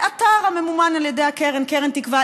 ואתר הממומן על ידי הקרן, קרן תקווה.